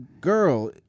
girl